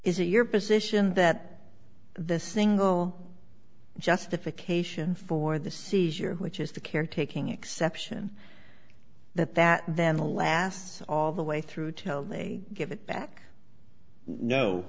is it your position that the single justification for the seizure which is the caretaking exception that that then lasts all the way through till they give it back no